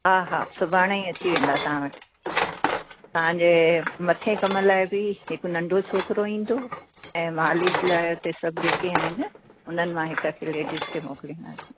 हा हा सुभाणे ई अची वेंदा तव्हां वटि तव्हांजे मथें कम लाइ बि हिकु नंढो छोकिरो ईंदो ऐं मालिश लाइ उते सभु जेके आहिनि उन्हनि मां हिकु खे लेडीस खे मोकिलींदासीं